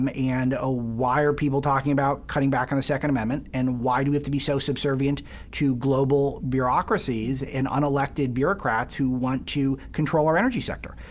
um and ah why are people talking about cutting back on the second amendment? and why do we have to be so subservient to global bureaucracies and unelected bureaucrats who want to control our energy sector?